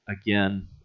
again